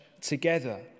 together